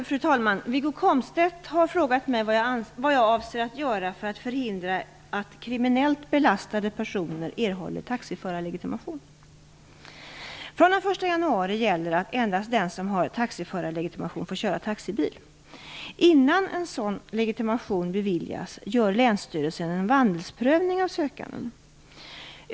Fru talman! Wiggo Komstedt har frågat mig vad jag avser att göra för att förhindra att kriminellt belastade personer erhåller taxiförarlegitimation. Från den 1 januari gäller att endast den som har taxiförarlegitimation får köra taxibil. Innan en sådan legitimation beviljas gör länsstyrelsen en vandelsprövning av sökanden.